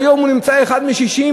שהיום מגיע אליו אחד משישים,